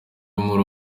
muri